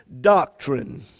doctrine